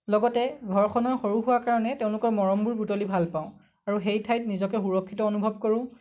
লগতে ঘৰখনৰ সৰু হোৱাৰ কাৰণে তেওঁলোকৰ মৰমবোৰ বুটলি ভালপাওঁ আৰু সেই ঠাইত নিজকে সুৰক্ষিত অনুভৱ কৰোঁ